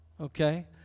Okay